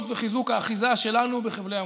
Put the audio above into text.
וחיזוק האחיזה שלנו בחבלי המולדת.